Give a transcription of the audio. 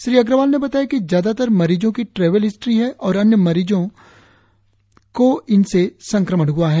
श्री अग्रवाल ने बताया कि ज्यादातर मरीजों की ट्रेवल हिस्ट्री है और अन्य मरीजों इनसे संक्रमित हए है